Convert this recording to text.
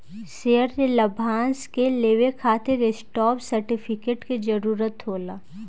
share के लाभांश के लेवे खातिर स्टॉप सर्टिफिकेट के जरूरत होला